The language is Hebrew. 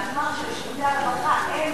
מאחר שלשירותי הרווחה אין,